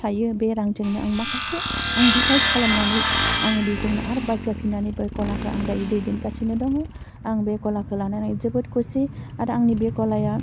थायो बे रांजोंनो आं माखासे आं दिभाइद खालामनानै आङो बेजोंनो आरो बायफाफिननानै बे गलाखौ आं दायो दैदेनगासिनो दङ आं बे गलाखौ लानानै जोबोद खुसि आरो आंनि बे गलाया